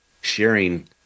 sharing